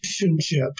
relationship